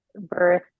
birth